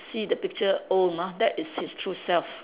see the picture old that is his true self